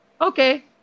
okay